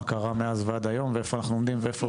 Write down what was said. קרה מאז ועד היום ואיפה אנחנו עומדים ואיפה הבעיות.